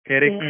Eric